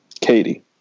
Katie